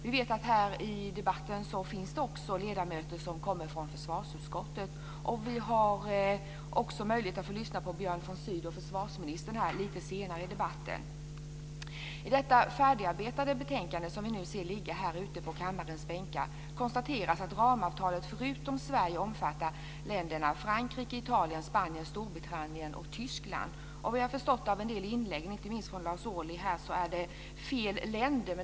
Vi vet att det här i debatten också finns ledamöter som kommer från försvarsutskottet. Vi har vidare möjlighet att få lyssna på försvarsminister Björn von Sydow lite senare i debatten. I det färdigarbetade betänkande som vi nu ser ligga här på kammarens bänkar konstateras att ramavtalet förutom Sverige omfattar länderna Frankrike, Italien, Spanien, Storbritannien och Tyskland. Vad jag har förstått av en del inlägg, inte minst från Lars Ohly, är det fel länder.